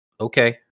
okay